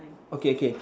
okay okay